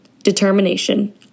determination